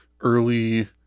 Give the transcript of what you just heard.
early